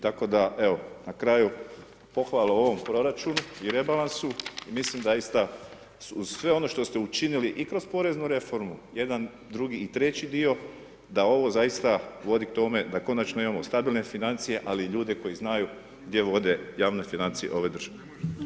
Tako da evo na kraju pohvala ovom proračunu i rebalansu, mislim zaista uz sve ono što ste učinili i kroz poreznu reformu jedan, drugi i treći dio da ovo zaista voditi k tome da konačno imamo stabilne financije, ali i ljude koji znaju gdje vode javne financije ove države.